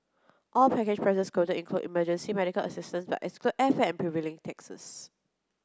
all package prices quoted include emergency medical assistance but exclude airfare and prevailing taxes